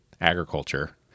agriculture